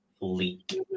leak